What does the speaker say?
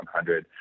100